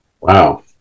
Wow